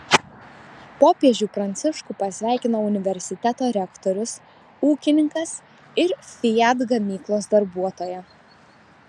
popiežių pranciškų pasveikino universiteto rektorius ūkininkas ir fiat gamyklos darbuotoja